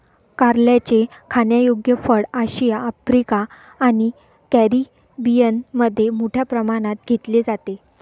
कारल्याचे खाण्यायोग्य फळ आशिया, आफ्रिका आणि कॅरिबियनमध्ये मोठ्या प्रमाणावर घेतले जाते